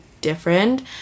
different